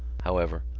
however,